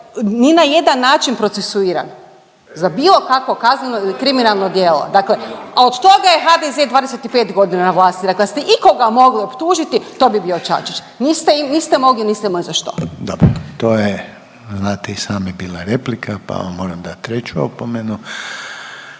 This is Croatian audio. ni na jedan način procesuiran za bilo kakvo kazneno ili kriminalno djelo. Dakle, a od toga je HDZ 25 godina na vlasti. Dakle, da ste ikoga mogli optužiti to bi bio Čačić. Niste mogli, niste imali za što. **Reiner, Željko (HDZ)** Dobro, to je, znate i sami bila replika pa vam moram dati treću opomenu.